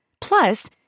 Plus